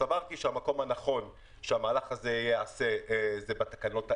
סברתי שהמקום הנכון שהמהלך הזה ייעשה זה בתקנות האלה.